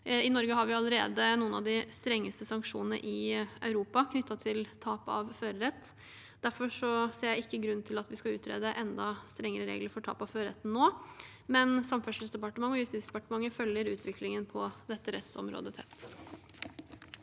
I Norge har vi allerede noen av de strengeste sanksjonene i Europa knyttet til tap av førerrett. Derfor ser jeg ikke grunn til at vi skal utrede enda strengere regler for tap av førerretten nå, men Samferdselsdepartementet og Justisdepartementet følger utviklingen på dette rettsområdet tett.